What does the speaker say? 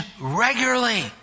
regularly